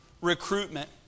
recruitment